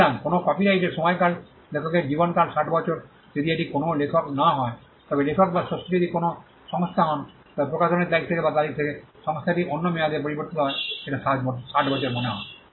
সুতরাং কোনও কপিরাইটের সময়কাল লেখকের জীবনকাল 60 বছর যদি এটি কোনও লেখক না হয় তবে লেখক বা স্রষ্টা যদি কোনও সংস্থা হন তবে প্রকাশনের তারিখ থেকে বা তারিখ থেকে সংস্থাটি অন্য মেয়াদে পরিবর্তিত হয় এটা 60 বছর মনে হয়